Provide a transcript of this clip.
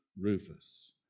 rufus